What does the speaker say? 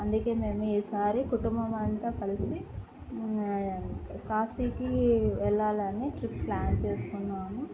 అందుకే మేము ఈసారి కుటుంబం అంతా కలిసి కాశీకి వెళ్ళాలని ట్రిప్ ప్లాన్ చేసుకున్నాము